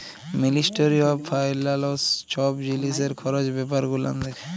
ministry of finance ছব জিলিসের খরচ ব্যাপার গুলান দ্যাখে